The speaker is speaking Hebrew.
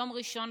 יום ראשון,